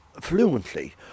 fluently